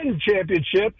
Championship